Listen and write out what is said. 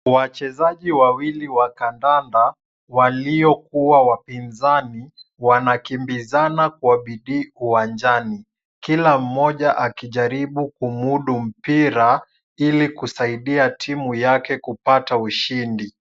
Wachezaji wawili wa kandanda, waliokuwa wapinzani, wanakimbizana kwa bidii uwanjani kila mmoja akijaribu kumudu mpira ili kusaidia timu yake kupata ushindi.